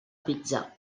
pizza